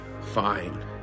fine